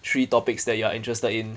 three topics that you are interested in